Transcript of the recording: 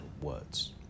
words